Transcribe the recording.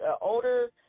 older